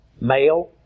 male